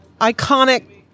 iconic